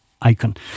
icon